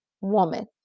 woman